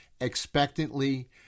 expectantly